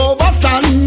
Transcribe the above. Overstand